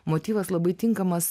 motyvas labai tinkamas